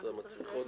לתקופות